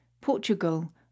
Portugal